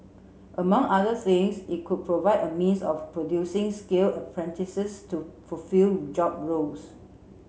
among other things it could provide a means of producing skill apprentices to fulfil job roles